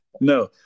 no